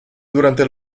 durante